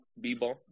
b-ball